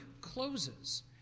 closes